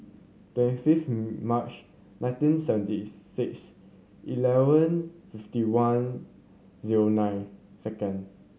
twenty fifth March nineteen seventy six eleven fifty one zero nine second